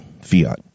Fiat